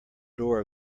door